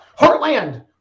Heartland